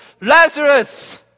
Lazarus